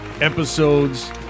episodes